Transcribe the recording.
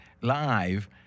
live